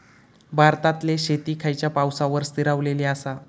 भारतातले शेती खयच्या पावसावर स्थिरावलेली आसा?